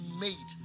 made